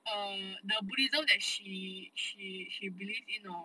err the buddhism that she she she believe hor